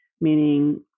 meaning